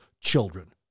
children